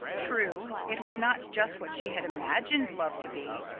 true, it was not just what she had imagined love to be.